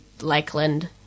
Lakeland